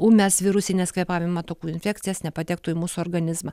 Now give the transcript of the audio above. ūmias virusines kvėpavimo takų infekcijas nepatektų į mūsų organizmą